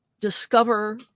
discover